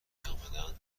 میآمدند